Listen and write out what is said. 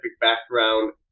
background